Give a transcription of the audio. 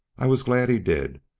i was glad he did,